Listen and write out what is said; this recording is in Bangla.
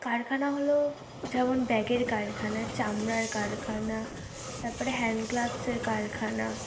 কারখানা হল ঝেমন ব্যাগের কারখানা চামড়ার কারখানা তা পরে হ্যান্ড গ্লাভসের কারখানা